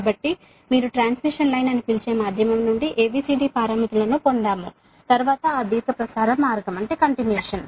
కాబట్టి మీరు transmission line అని పిలిచే మాధ్యమం నుండి ABCD పారామితులను పొందాము తరువాత ఆ ట్రాన్స్మిషన్ లైన్